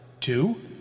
Two